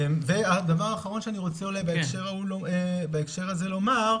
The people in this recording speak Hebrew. והדבר האחרון שאני רוצה בהקשר הזה לומר,